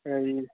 হেৰি